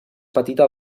petita